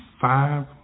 five